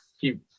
keep